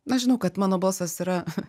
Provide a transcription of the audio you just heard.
na žinau kad mano balsas yra